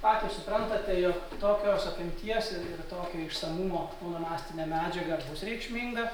patys suprantate jog tokios apimties ir tokio išsamumo onomastinė medžiaga bus reikšminga